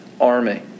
army